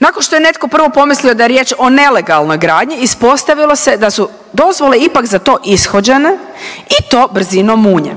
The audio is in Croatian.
Nakon što je netko prvo pomislio da je riječ o nelegalnoj gradnji ispostavilo se da su dozvole za to ipak ishođene i to brzinom munje.